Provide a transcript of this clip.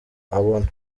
abona